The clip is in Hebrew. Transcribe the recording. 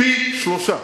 פי-שלושה.